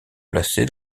placé